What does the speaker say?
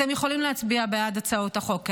אתם יכולים להצביע בעד הצעות החוק האלה.